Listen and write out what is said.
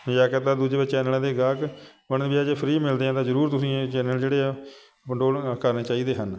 ਜਾ ਕੇ ਤਾਂ ਦੂਜੇ ਚੈਨਲਾਂ ਦੇ ਗਾਹਕ ਹੁਣ ਵੀ ਆ ਜੇ ਫਰੀ ਮਿਲਦੇ ਆ ਤਾਂ ਜ਼ਰੂਰ ਤੁਸੀਂ ਇਹ ਚੈਨਲ ਜਿਹੜੇ ਆ ਅਪਲੋਡ ਕਰਨੇ ਚਾਹੀਦੇ ਹਨ